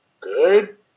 good